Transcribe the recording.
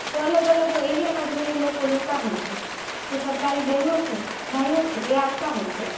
અલગ અલગ એરિયામાં જઈને લોકો લેતાં હોય છે જે સરકારી બહેનો છે ભાઈઓ છે એ આવતાં હોય છે